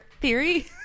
theory